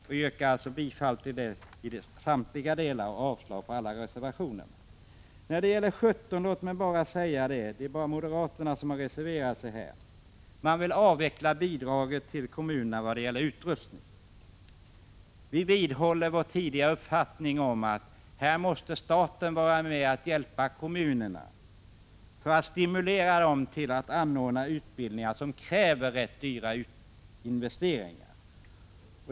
Jag yrkar bifall till utskottets hemställan i samtliga delar och avslag på alla reservationer. De moderata ledamöterna har i en reservation vid utskottets betänkande nr 17 yrkat att bidraget till kommunerna för utrustning för gymnasieskolan skall avvecklas. Vi vidhåller vår tidigare uppfattning att staten måste stimulera kommunerna att anordna även utbildningar som kräver rätt dyra investeringar.